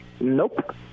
Nope